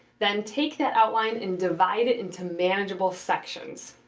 then take that outline and divide it into manageable sections.